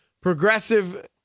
Progressive